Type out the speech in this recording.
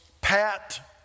pat